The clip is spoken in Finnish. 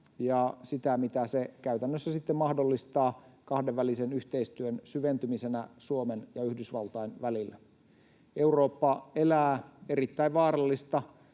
ja sitä, miten se käytännössä sitten mahdollistaa kahdenvälisen yhteistyön syventymisen Suomen ja Yhdysvaltain välillä. Eurooppa elää erittäin vaarallista